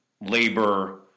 labor